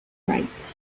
right